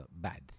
bad